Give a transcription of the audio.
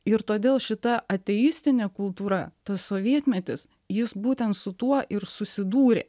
ir todėl šita ateistinė kultūra tas sovietmetis jis būtent su tuo ir susidūrė